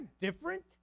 different